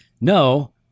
no